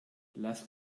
lass